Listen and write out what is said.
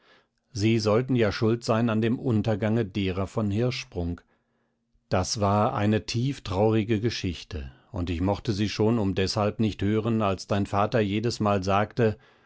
sie sollten ja schuld sein an dem untergange derer von hirschsprung das war eine tieftraurige geschichte und ich mochte sie schon um deshalb nicht hören als dein vater jedesmal sagte